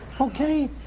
Okay